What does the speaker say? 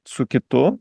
su kitu